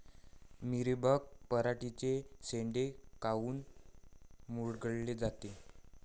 Mealybug पराटीचे चे शेंडे काऊन मुरगळते?